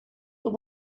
but